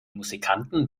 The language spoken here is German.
musikanten